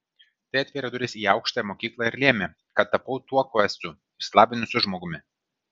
tai atvėrė duris į aukštąją mokyklą ir lėmė kad tapau tuo kuo esu išsilavinusiu žmogumi